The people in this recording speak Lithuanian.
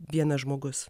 vienas žmogus